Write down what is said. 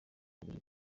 babiri